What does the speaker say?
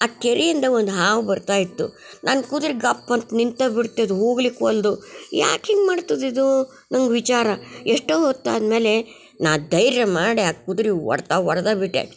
ಆ ಕೆರಿಯಿಂದ ಒಂದು ಹಾವು ಬರ್ತಾಯಿತ್ತು ನಾನು ಕುದ್ರೆ ಗಪ್ಪಂತ ನಿಂತೇ ಬಿಡ್ತದೆ ಹೋಗ್ಲಿಕ್ಕೆ ಒಂದು ಯಾಕಿಂಗೆ ಮಾಡ್ತದೆ ಇದು ನಂಗೆ ವಿಚಾರ ಎಷ್ಟೋ ಹೊತ್ತಾದ್ಮೇಲೆ ನಾ ಧೈರ್ಯ ಮಾಡಿ ಆ ಕುದ್ರೆ ಒಡ್ತ ಹೊಡ್ದಾಕ್ ಬಿಟ್ಟೆ